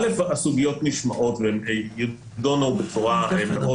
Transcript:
הסוגיות נשמעות והן יידונו בצורה מאוד